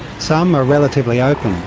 some are relatively open,